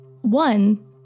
One